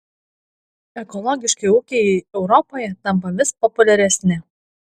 ekologiški ūkiai europoje tampa vis populiaresni